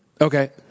okay